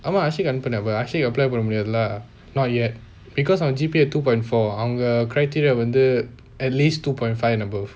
ஆமா:aamaa aashiq அன்னுப்புனான்:annupunaen but ashiq apply பன்ன முடியாதுல:panna mudiyathula not yet because our G_P_A two point four அவங்க:avanga criteria வந்து:vanthu at least two point five and above